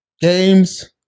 games